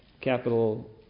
Capital